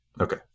Okay